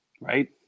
Right